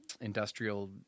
industrial